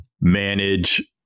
manage